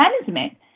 management